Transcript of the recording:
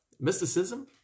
mysticism